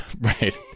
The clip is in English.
Right